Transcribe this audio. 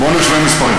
בואו נשווה מספרים,